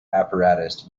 apparatus